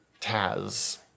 Taz